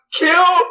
kill